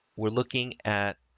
we're looking at